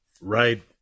Right